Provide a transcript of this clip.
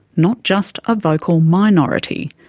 not just a vocal minority.